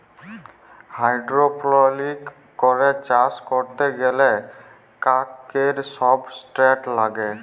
hydroponics করে চাষ ক্যরতে গ্যালে কাক কৈর সাবস্ট্রেট লাগে